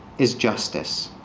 is justice.